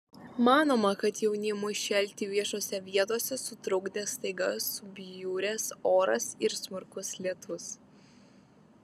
manoma kad jaunimui šėlti viešose vietose sutrukdė staiga subjuręs oras ir smarkus lietus